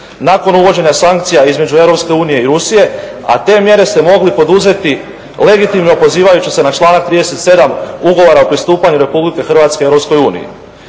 nakon uvođenja sankcija između EU i Rusije, a te mjere ste mogli poduzeti legitimno pozivajući se na članak 37. Ugovora o pristupanja Republike Hrvatske EU.